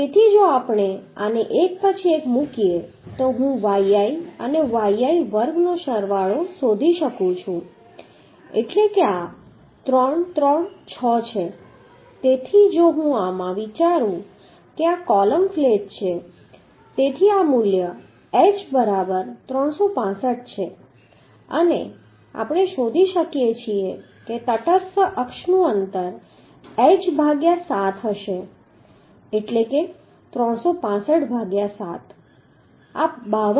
તેથી જો આપણે આને એક પછી એક મૂકીએ તો હું yi અને yi વર્ગનો સરવાળો શોધી શકું છું એટલે કે આ 3 3 6 છે તેથી જો હું આમાં વિચારું કે આ કૉલમ ફ્લેંજ છે તેથી આ મૂલ્ય h બરાબર 365 છે અને આપણે શોધી શકીએ છીએ કે તટસ્થ અક્ષનું અંતર h ભાગ્યા 7 હશે એટલે કે 365 ભાગ્યા 7 આ 52